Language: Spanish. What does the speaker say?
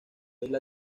isla